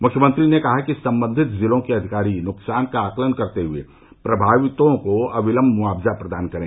मुख्यमंत्री ने कहा कि संबंधित जिलों के जिलाधिकारी नुकसान का आकलन करते हुए प्रभावितों को अविलम्ब मुआवजा प्रदान करे